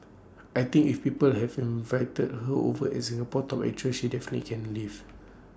I think if people have invited her over as Singapore's top actress she definitely can live